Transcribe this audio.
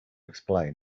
explain